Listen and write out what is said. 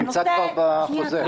זה נמצא כבר בחוזר.